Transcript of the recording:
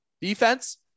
Defense